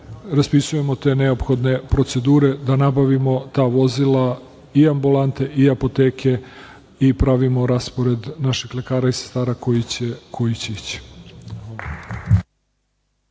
raspisujemo te neophodne procedure da nabavimo ta vozila i ambulante i apoteke i pravimo raspored naših lekara i sestara koji će ići.